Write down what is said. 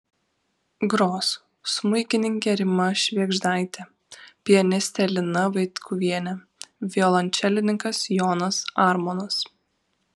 gros smuikininkė rima švėgždaitė pianistė lina vaitkuvienė violončelininkas jonas armonas